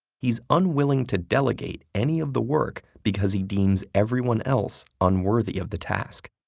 he's unwilling to delegate any of the work because he deems everyone else unworthy of the task.